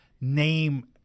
name